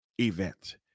event